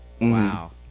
Wow